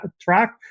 track